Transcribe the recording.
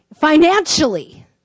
financially